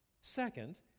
Second